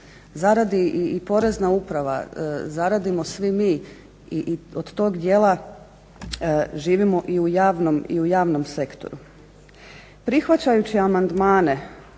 zaradi i Porezna uprava, zaradimo svi mi i od tog dijela živimo i u javnom sektoru. Prihvaćajući amandmane